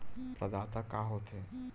प्रदाता का हो थे?